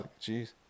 Jeez